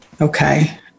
okay